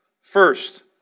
First